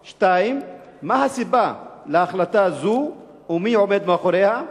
2. מה היא הסיבה להחלטה זו ומי עומד מאחוריה?